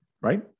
right